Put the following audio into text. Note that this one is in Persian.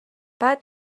بعد